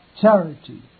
charity